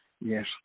Yes